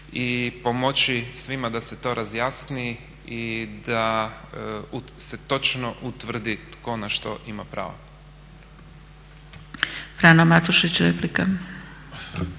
i pomoći svima da se to razjasni i da se točno utvrdi tko na što ima pravo.